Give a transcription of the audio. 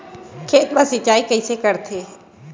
खेत मा सिंचाई कइसे करथे?